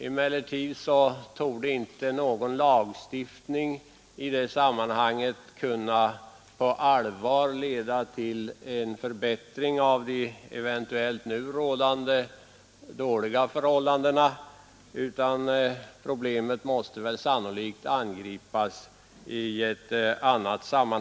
Ingen lagstiftning torde dock i det sammanhanget kunna leda till någon egentlig förbättring av eventuellt rådande dåliga förhållanden, utan problemen måste sannolikt angripas på annat sätt.